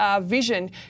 vision